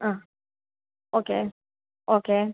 ആ okay okay